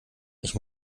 ich